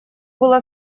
было